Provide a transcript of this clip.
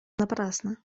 напрасно